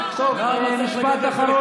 אינו נוכח מירב בן ארי,